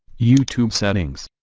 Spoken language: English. youtube settings